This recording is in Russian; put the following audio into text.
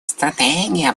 стратегия